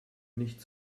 nicht